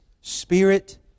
spirit